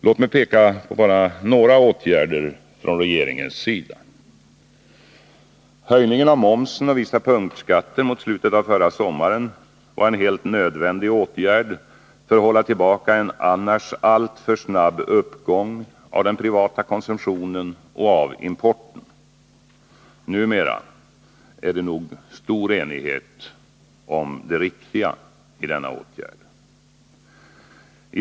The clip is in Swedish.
Låt mig peka på bara några åtgärder från regeringens sida: Höjningen av momsen och vissa punktskatter mot slutet av förra sommaren var en helt nödvändig åtgärd för att hålla tillbaka en annars alltför snabb uppgång av den privata konsumtionen och av importen. Numera är det nog stor enighet om det riktiga i denna åtgärd.